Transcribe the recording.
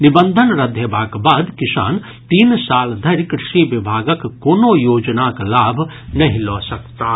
निबंधन रद्द हेबाक बाद किसान तीन साल धरि कृषि विभागक कोनो योजनाक लाभ नहि लऽ सकताह